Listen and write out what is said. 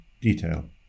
detail